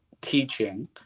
teaching